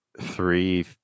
three